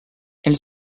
elle